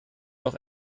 doch